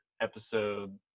episode